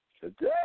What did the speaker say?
Today